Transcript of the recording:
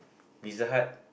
Pizza-Hut